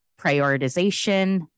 prioritization